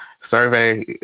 survey